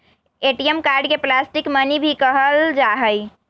ATM card के plastic money भी कहल जाहई